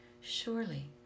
Surely